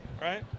Right